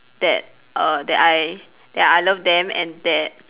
that uh that I that I love them and that